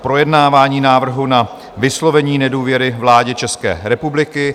Projednání návrhu na vyslovení nedůvěry vládě České republiky